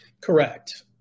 Correct